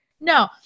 No